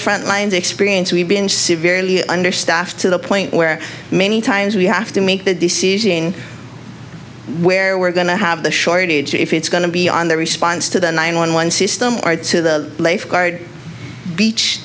front lines experience we've been severely understaffed to the point where many times we have to make the decision where we're going to have the shortage if it's going to be on the response to the nine one one system or to the left guard beach